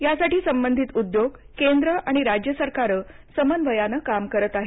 यासाठी संबंधित उद्योग केंद्र आणि राज्य सरकारं समन्वयानं काम करत आहेत